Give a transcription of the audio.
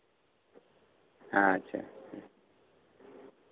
ᱟᱪᱪᱷᱟ ᱦᱮᱸ